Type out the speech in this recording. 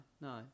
no